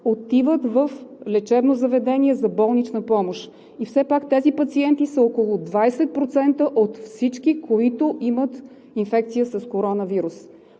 отиват в лечебно заведение за болнична помощ. И все пак тези пациенти са около 20% от всички, които имат инфекция с коронавирус.